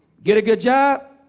get a good job,